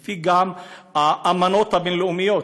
וגם לפי האמנות הבין-לאומיות.